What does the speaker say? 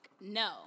no